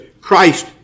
Christ